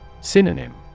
Synonym